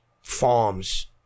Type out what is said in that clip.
farms